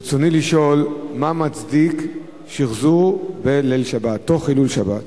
ברצוני לשאול: 1. מה מצדיק שחזור בליל שבת תוך חילול שבת?